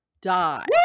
Die